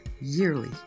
yearly